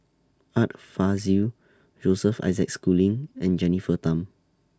Art Fazil Joseph Isaac Schooling and Jennifer Tham